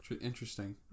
Interesting